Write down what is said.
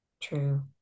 True